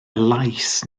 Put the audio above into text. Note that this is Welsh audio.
lais